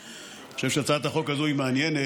אני חושב שהצעת החוק הזו היא מעניינת,